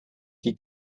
die